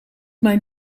mijn